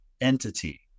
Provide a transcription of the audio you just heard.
entity